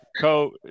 Co